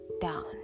down